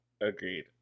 Agreed